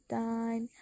time